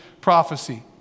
prophecy